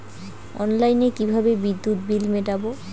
অনলাইনে কিভাবে বিদ্যুৎ বিল মেটাবো?